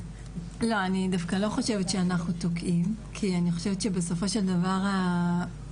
אני דווקא לא חושבת שאנחנו תוקעים כי אני חושבת שבסופו של דבר הבקשה